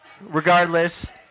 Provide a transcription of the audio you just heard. Regardless